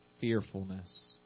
fearfulness